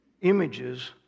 images